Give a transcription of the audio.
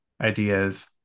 ideas